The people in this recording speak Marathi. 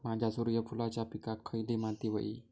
माझ्या सूर्यफुलाच्या पिकाक खयली माती व्हयी?